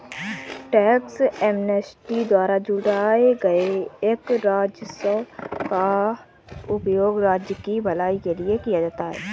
tax amnesty द्वारा जुटाए गए कर राजस्व का उपयोग राज्य की भलाई के लिए किया जाता है